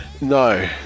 no